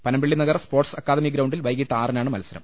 Panampilly Nagar sports academy ഗ്രൌണ്ടിൽ വൈകീട്ട് ആറിനാണ് മത്സരം